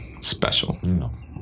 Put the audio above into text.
Special